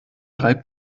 reibt